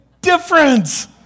difference